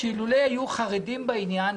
שאילולא היו חרדים בעניין,